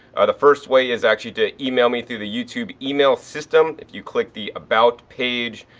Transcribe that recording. the first way is actually to email me through the youtube email system. if you click the about page,